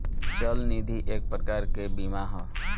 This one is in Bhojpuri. चल निधि एक प्रकार के बीमा ह